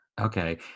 Okay